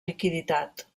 liquiditat